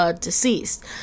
deceased